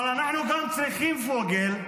אבל פוגל,